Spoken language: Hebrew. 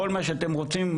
כל מה שאתם רוצים,